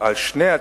על שני הצדדים,